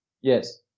Yes